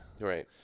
Right